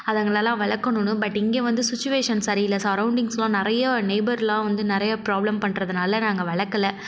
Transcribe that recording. அதுங்களலாம் வளர்க்கணுனு பட் இங்கே வந்து சுச்சிவேஷன் சரி இல்லை சரௌண்டிங்ஸ்லாம் நிறையா நெய்பர்லாம் வந்து ப்ராப்ளம்ஸ் பண்ணுறதுனால நாங்கள் வளர்க்கல